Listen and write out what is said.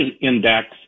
index